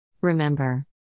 Remember